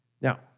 Now